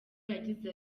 yagize